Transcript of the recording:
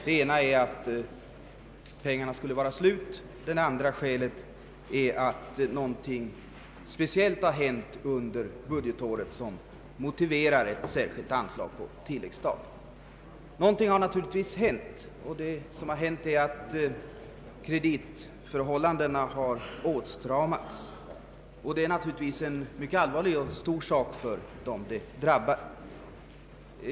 Det ena är att pengarna tagit slut, det andra att någonting speciellt har hänt under budgetåret som motiverar ett särskilt tilläggsanslag. I detta fall har det särskilda inträffat, att kreditförhållandena har åtstramats. Det är naturligtvis en mycket allvarlig sak för den det drabbar.